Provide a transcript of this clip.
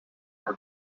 are